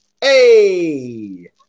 hey